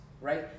right